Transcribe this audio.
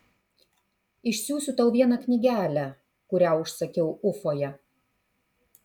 išsiųsiu tau vieną knygelę kurią užsakiau ufoje